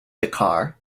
dakar